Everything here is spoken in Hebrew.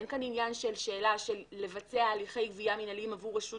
אין כאן עניין של שאלה של לבצע הליכי גבייה מנהליים עבור רשות